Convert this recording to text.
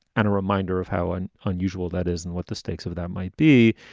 and a reminder of how and unusual that is and what the stakes of that might be.